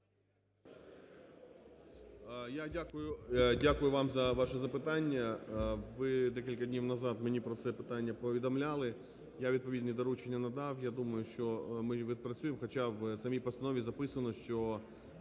дякую вам за ваше запитання. Ви декілька днів назад мені про це питання повідомляли. Я відповідні доручення надав, я думаю, що ми його відпрацюємо. Хоча в самій постанові записано, що